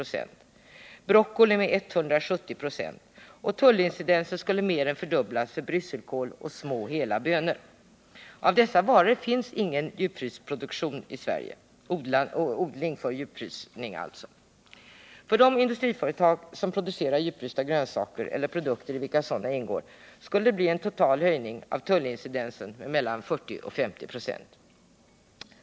Och broccoli 29 maj 1979 med 170 96. Tullincidensen mer än fördubblas för brysselkål och små hela bönor. Av dessa varor finns ingen odling för djupfrysning i Sverige. För de industriföretag som producerar djupfrysta grönsaker eller produkter i vilka sådana ingår skulle det bli total höjning av tullincidensen med mellan 40 och 50 96.